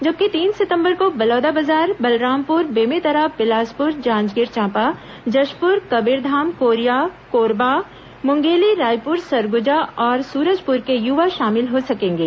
जबकि तीन सितंबर को बलौदाबाजार बलरामपुर बेमेतरा बिलासपुर जांजगीर चांपा जशपुर कबीरधाम कोरिया कोरबा मुंगेली रायपुर सरगुजा और सूरजपुर के युवा शामिल हो सकेंगे